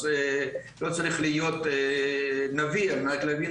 אז לא צריך להיות נביא על מנת להבין